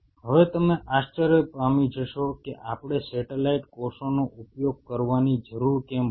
હવે તમે આશ્ચર્ય પામી જશો કે આપણે સેટેલાઈટ કોષોનો ઉપયોગ કરવાની જરૂર કેમ પડી